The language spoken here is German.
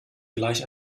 gleich